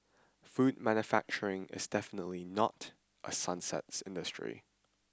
food manufacturing is definitely not a sunset industry